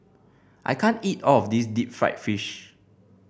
I can't eat all of this Deep Fried Fish